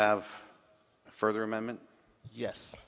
have further amendment yes